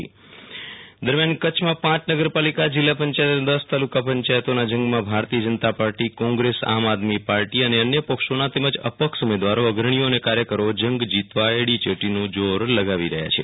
વિરલ રાણા ચું ટણી ક ચ્છ દરમ્યાન કચ્છમાં પાંચ નગર પાલિકા જિલ્લા પંચાયત અને દસ તાલુકા પંચાયતોના જં ગમાં ભારતીય જનતા પાર્ટી કોંગ્રેસ આમ આદમી પાર્ટી અને અન્ય પક્ષોના તેમજ અપક્ષ ઉમેદવારો અગ્રણીઓ અને કાર્યકરો જં ગજીતવા એડીયોટીનું જોર અજમાવી રહ્યા છે